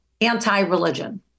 anti-religion